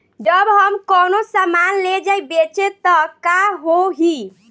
जब हम कौनो सामान ले जाई बेचे त का होही?